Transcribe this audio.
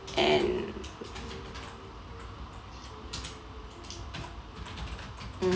and